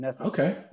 Okay